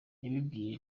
yabibwiye